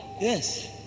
Yes